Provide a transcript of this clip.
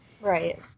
Right